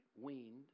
weaned